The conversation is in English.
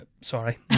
sorry